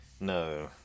No